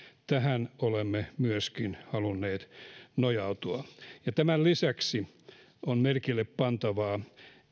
tähän olemme myöskin halunneet nojautua tämän lisäksi on merkille pantavaa